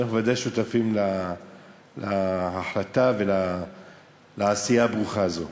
שבוודאי שותפים להחלטה ולעשייה הברוכה הזאת.